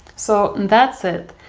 so, that's it,